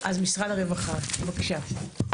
משרד הרווחה, בבקשה.